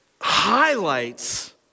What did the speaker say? highlights